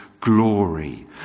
glory